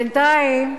בינתיים,